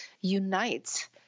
unite